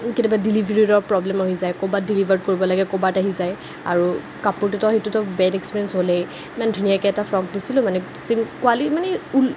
কেতিয়াবা ডেলিভাৰীৰো প্ৰব্লেম হৈ যায় ক'ৰবাত ডেলিভাৰী কৰিব লাগে ক'ৰবাত আহি যায় আৰু কাপোৰটোতো সেইটোতো বেড এক্সপিৰিয়েন্স হ'লেই ইমান ধূনীয়াকৈ এটা ফ্ৰক দিছিলোঁ মানে ছি কুৱালিটী মানে